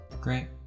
great